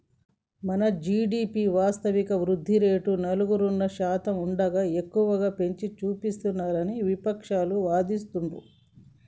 మన జీ.డి.పి వాస్తవిక వృద్ధి రేటు నాలుగున్నర శాతం ఉండగా ఎక్కువగా పెంచి చూపిస్తున్నారని విపక్షాలు వాదిస్తుండ్రు